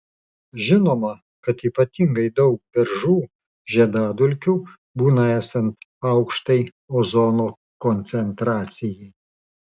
žinoma kad ypatingai daug beržų žiedadulkių būna esant aukštai ozono koncentracijai